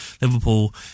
Liverpool